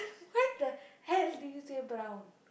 why the hell did you say brown